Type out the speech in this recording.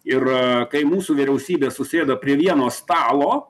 ir kai mūsų vyriausybė susėda prie vieno stalo